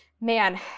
Man